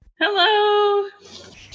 Hello